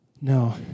No